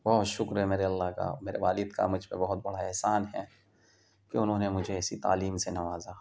بہت شکر ہے میرے اللہ کا میرے والد کا مجھ پہ بہت بڑا احسان ہے کہ انہوں نے مجھے ایسی تعلیم سے نوازا